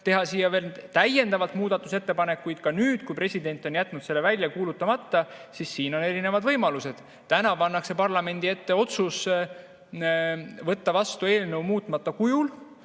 teha veel täiendavalt muudatusettepanekuid ka nüüd, kui president on jätnud seaduse välja kuulutamata. Siin on erinevad võimalused. Täna pannakse parlamendi ette otsus võtta vastu eelnõu muutmata kujul.